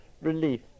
relief